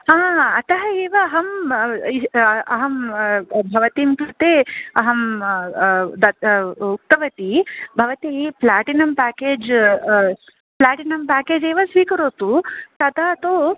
अतः एव अहम् अहं भवती कृते अहं उक्तवती भवती प्लेटिनं पेकेज् प्लेटिनं पेकेज् एव स्वीकरोतु ततः तु